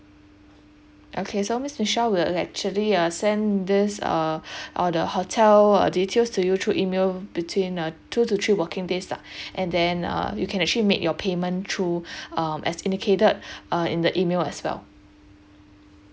okay so miss michelle we'll actually uh send this uh all the hotel uh details to you through email between uh two to three working days lah and then uh you can actually make your payment through um as indicated uh in the email as well